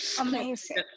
Amazing